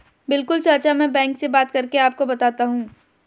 बिल्कुल चाचा में बैंक से बात करके आपको बताता हूं